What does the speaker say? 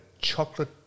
chocolate